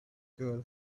girl